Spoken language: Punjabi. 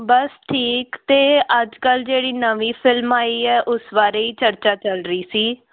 ਬਸ ਠੀਕ ਅਤੇ ਅੱਜ ਕੱਲ੍ਹ ਜਿਹੜੀ ਨਵੀਂ ਫਿਲਮ ਆਈ ਹੈ ਉਸ ਬਾਰੇ ਹੀ ਚਰਚਾ ਚੱਲ ਰਹੀ ਸੀ